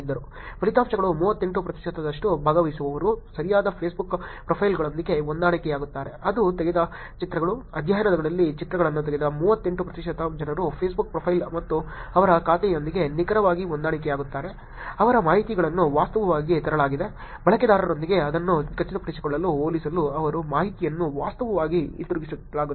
ಫಲಿತಾಂಶಗಳು 38 ಪ್ರತಿಶತದಷ್ಟು ಭಾಗವಹಿಸುವವರು ಸರಿಯಾದ ಫೇಸ್ಬುಕ್ ಪ್ರೊಫೈಲ್ಗಳೊಂದಿಗೆ ಹೊಂದಿಕೆಯಾಗುತ್ತಾರೆ ಅದು ತೆಗೆದ ಚಿತ್ರಗಳು ಅಧ್ಯಯನದಲ್ಲಿ ಚಿತ್ರಗಳನ್ನು ತೆಗೆದ 38 ಪ್ರತಿಶತ ಜನರು ಫೇಸ್ಬುಕ್ ಪ್ರೊಫೈಲ್ ಮತ್ತು ಅವರ ಖಾತೆಯೊಂದಿಗೆ ನಿಖರವಾಗಿ ಹೊಂದಿಕೆಯಾಗುತ್ತಾರೆ ಅವರ ಮಾಹಿತಿಯನ್ನು ವಾಸ್ತವವಾಗಿ ತರಲಾಗಿದೆ ಬಳಕೆದಾರರೊಂದಿಗೆ ಅದನ್ನು ಖಚಿತಪಡಿಸಲು ಹೋಲಿಸಲು ಅವರ ಮಾಹಿತಿಯನ್ನು ವಾಸ್ತವವಾಗಿ ಹಿಂತಿರುಗಿಸಲಾಗುತ್ತದೆ